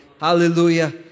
Hallelujah